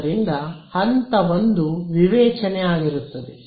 ಆದ್ದರಿಂದ ಹಂತ 1 ವಿವೇಚನೆ ಆಗಿರುತ್ತದೆ